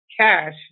cash